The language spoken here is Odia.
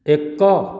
ଏକ